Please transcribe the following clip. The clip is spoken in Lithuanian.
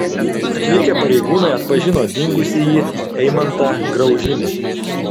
atvykę pareigūnai atpažino dingusįjį eimantą graužinį